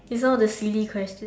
it's all the silly question